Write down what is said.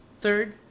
third